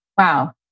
Wow